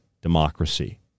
democracy